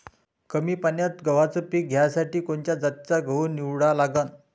कमी पान्यात गव्हाचं पीक घ्यासाठी कोनच्या जातीचा गहू निवडा लागन?